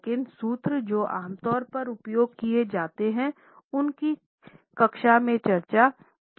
लेकिन सूत्र जो आम तौर पर उपयोग किया जाते है उनकी कक्षा में चर्चा की जा रही है